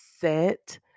set